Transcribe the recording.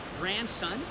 grandson